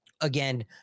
Again